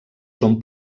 són